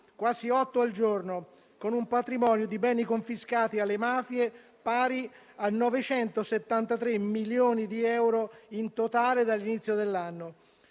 quasi otto al giorno, con un patrimonio di beni confiscati alle mafie pari a 973 milioni di euro in totale dall'inizio dell'anno.